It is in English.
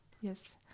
Yes